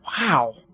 Wow